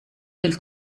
del